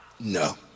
No